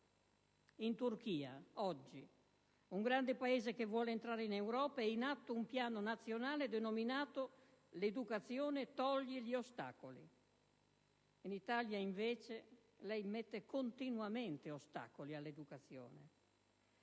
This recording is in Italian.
In Turchia oggi - in questo grande Paese che vuole entrare in Europa - è in atto un piano nazionale denominato: «L'educazione toglie gli ostacoli». In Italia, invece, lei mette continuamente ostacoli all'educazione.